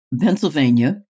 Pennsylvania